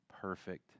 perfect